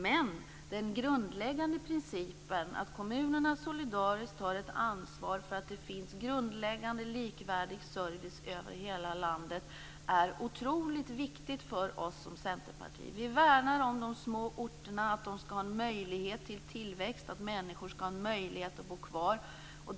Men den grundläggande principen, att kommunerna solidariskt tar ett ansvar för att det finns en grundläggande, likvärdig service över hela landet, är otroligt viktig för oss i Centerpartiet. Vi värnar om de små orterna - om att de skall ha en möjlighet till tillväxt och om att människor skall ha en möjlighet att bo kvar.